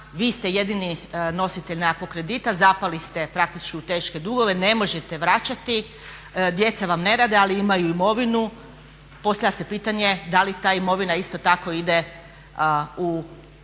vi ste jedini nositelj nekakvog kredita, zapali ste praktički u teške dugove, ne možete vraćati, djeca vam ne rade ali imaju imovinu. Postavlja se pitanje da li ta imovina isto tako ide u, da